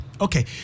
okay